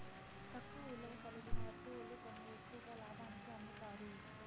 తక్కువ విలువ కలిగిన వత్తువులు కొని ఎక్కువ లాభానికి అమ్ముతారు